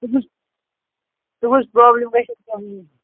تُہٕنٛز تُہٕنٛز پرٛابلِم گژھِ ییٚکیٛاہ وٕنی